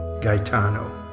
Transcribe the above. Gaetano